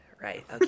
Right